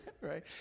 Right